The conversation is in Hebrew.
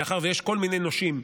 מאחר שיש כל מיני נושים,